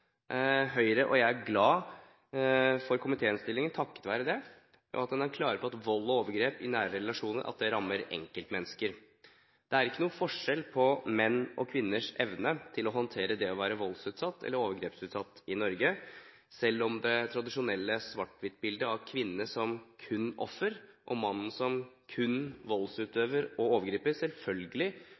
Høyre og jeg er glad for at man i komitéinnstillingen – takket være dette – er klar på at vold og overgrep i nære relasjoner rammer enkeltmennesker. Det er ikke noen forskjell på menn og kvinners evne til å håndtere det å være voldsutsatt eller overgrepsutsatt i Norge, selv om det tradisjonelle svart-hvitt-bildet av kvinnen som kun offer, og mannen som kun voldsutøver og overgriper, selvfølgelig